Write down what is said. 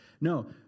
No